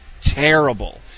terrible